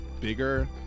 bigger